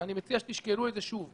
אני מציע שתשקלו את זה שוב.